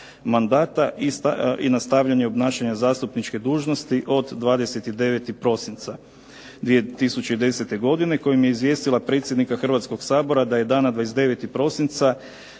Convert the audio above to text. mandata i nastavljanje obnašanja zastupničke dužnosti od 29. prosinca 2010. godine kojim je izvijestila predsjednika Hrvatskog sabora da je dana 29. prosinca